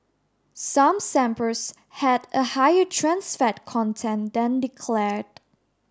some samples had a higher trans fat content than declared